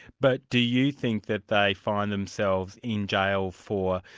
but do you think that they find themselves in jail for,